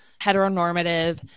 heteronormative